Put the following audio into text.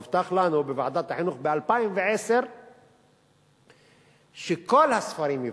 הובטח לנו בוועדת החינוך ב-2010 שכל הספרים ייבדקו,